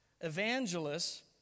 evangelists